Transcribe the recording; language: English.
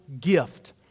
gift